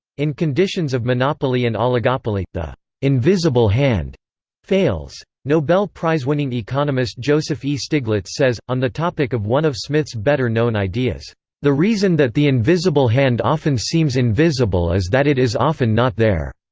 in conditions of monopoly and oligopoly, the invisible hand fails. nobel prize-winning economist joseph e. stiglitz says, on the topic of one of smith's better-known ideas the reason that the invisible hand often seems invisible is that it is often not there.